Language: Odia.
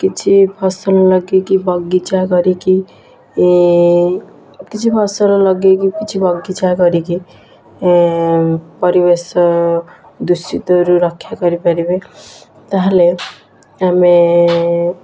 କିଛି ଫସଲ କି ବଗିଚା କରିକି କିଛି ଫସଲ ଲଗେଇକି ବା କିଛି ବଗିଚା କରିକି ପରିବେଶ ଦୂଷିତରୁ ରକ୍ଷା କରିପାରିବା ତାହେଲେ ଆମେ